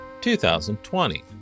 2020